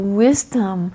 wisdom